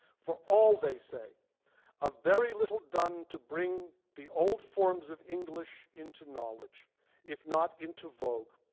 for all they say of very little done to bring the old forms of english into knowledge if not into vogue.